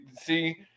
see